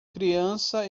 criança